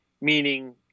meaning